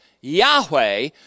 Yahweh